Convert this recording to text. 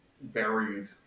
buried